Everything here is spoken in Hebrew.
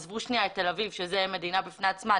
אני לא מדברת על תל אביב שהיא מדינה בפני עצמה,